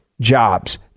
jobs